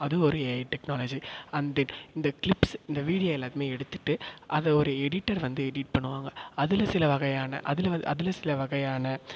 அது ஒரு AI technology and இந்த க்ளிப்ஸ் இந்த வீடியோ எல்லாத்தையுமே எடுத்துட்டு அது ஒரு எடிட்டர் வந்து எடிட் பண்ணுவாங்க அதில் சில வகையான அதில் அதில் சில வகையான